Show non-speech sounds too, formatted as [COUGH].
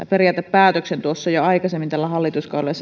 [UNINTELLIGIBLE] periaatepäätöksen tuossa jo aikaisemmin tällä hallituskaudella [UNINTELLIGIBLE]